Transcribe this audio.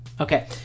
Okay